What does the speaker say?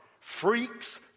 freaks